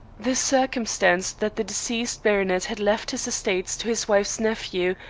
the circumstance that the deceased baronet had left his estates to his wife's nephew,